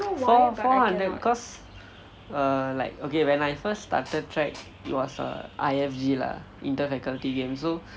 four four hundred cause err like okay when I first started track it was err I_F_G lah inter faculty games so